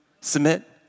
Submit